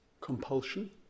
compulsion